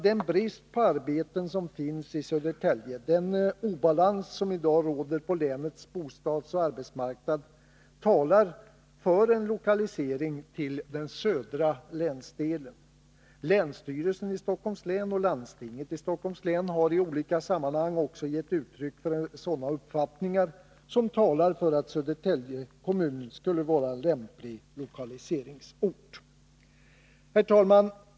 Den brist på arbeten som finns i Södertälje samt den obalans som i dag råder på länets bostadsoch arbetsmarknad talar för en lokalisering till den södra länsdelen. Länsstyrelsen i Stockholms län och landstinget i Stockholms län har i olika sammanhang också givit uttryck för sådana uppfattningar som talar för Södertälje kommun som lämplig lokaliseringsort. Herr talman!